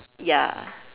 ya